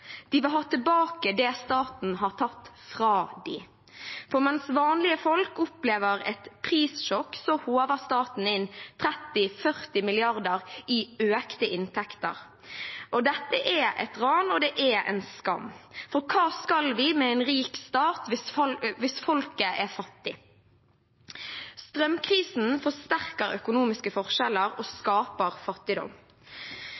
De vil ha tilbake det staten har tatt fra dem. For mens vanlige folk opplever et prissjokk, håver staten inn 30–40 mrd. kr i økte inntekter. Dette er et ran, og det er en skam. Hva skal vi med en rik stat hvis folket er fattig? Strømkrisen forsterker økonomiske forskjeller og